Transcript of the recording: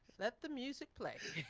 that the music played